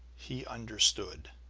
he understood.